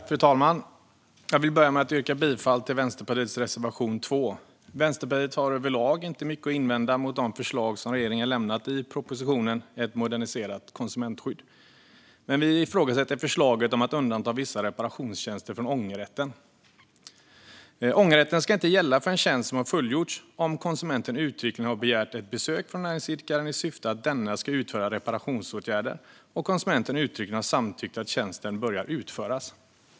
Fru talman! Jag börjar med att yrka bifall till Vänsterpartiets reservation 2. Vänsterpartiet har överlag inte mycket att invända mot de förslag som regeringen lämnat i propositionen Ett moderniserat konsumentskydd . Vi ifrågasätter dock förslaget om att undanta vissa reparationstjänster från ångerrätten. Ångerrätten ska inte gälla för en tjänst som har fullgjorts om konsumenten uttryckligen har begärt ett besök från näringsidkaren i syfte att denne ska utföra reparationsåtgärder och konsumenten uttryckligen har samtyckt till att tjänsten börjar utföras.